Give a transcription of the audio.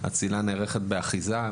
הצלילה נערכת באחיזה.